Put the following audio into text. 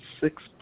six